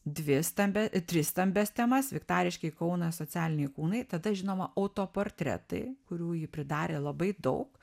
dvi stambias tris stambias temas viktariškiai kaunas socialiniai kūnai tada žinoma autoportretai kurių ji pridarė labai daug